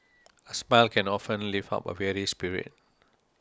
a smile can often lift up a weary spirit